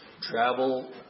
travel